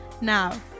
Now